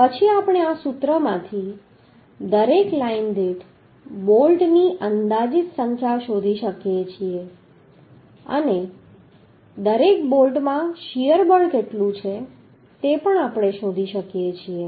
પછી આપણે આ સૂત્રમાંથી દરેક લાઇન દીઠ બોલ્ટની અંદાજિત સંખ્યા શોધી શકીએ છીએ અને દરેક બોલ્ટમાં શીયર બળ કેટલું છે તે પણ આપણે શોધી શકીએ છીએ